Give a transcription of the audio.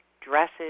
dresses